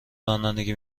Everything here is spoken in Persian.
رانندگی